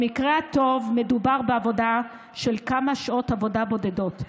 במקרה הטוב מדובר בכמה שעות עבודה בודדות,